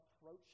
approach